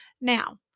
Now